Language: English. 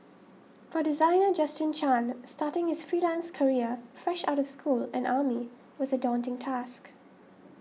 for designer Justin Chan starting his freelance career fresh out school and army was a daunting task